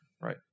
Right